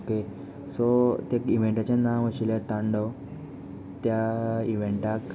okay so त्या इंवेंटाचें नांव आशिल्लें तांडव त्या इवेंटाक